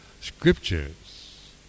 scriptures